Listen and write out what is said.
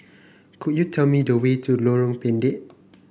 could you tell me the way to Lorong Pendek